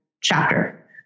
chapter